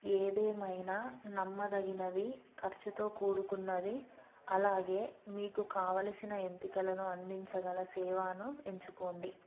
ఏది ఏమైనా నమ్మదగినది ఖర్చుతో కూడుకున్నది అలాగే మీకు కావలసిన ఎంపికలను అందించగల సేవను ఎంచుకోండి